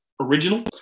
original